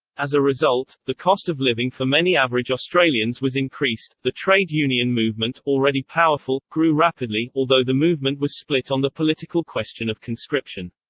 as a result, the cost of living for many average australians was increased the trade union movement, already powerful, grew rapidly, although the movement was split on the political question of conscription.